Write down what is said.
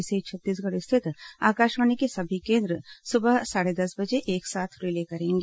इसे छत्तीसगढ़ स्थित आकाशवाणी के सभी केन्द्र सुबह साढ़े दस बजे एक साथ रिले करेंगे